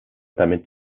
damit